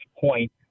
point